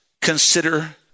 Consider